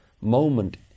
moment